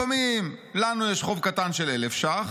לפעמים לנו יש חוב קטן של 1000 ש"ח,